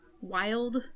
wild